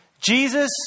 Jesus